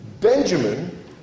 Benjamin